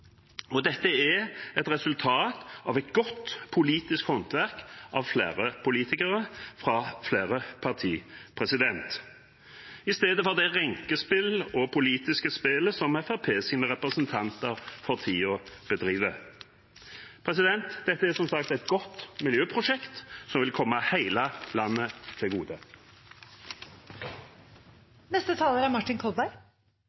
Dette er et resultat av et godt politisk håndverk av flere politikere fra flere parti – i stedet for det renkespillet og politiske spillet som Fremskrittspartiets representanter for tiden bedriver. Dette er som sagt et godt miljøprosjekt som vil komme hele landet til